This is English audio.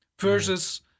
versus